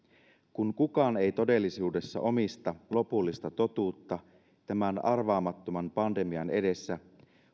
kun kukaan ei todellisuudessa omista lopullista totuutta tämän arvaamattoman pandemian edessä